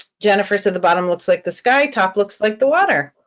jennifer said the bottom looks like the sky top looks like the water.